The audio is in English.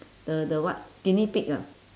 the the what guinea pig ah